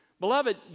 Beloved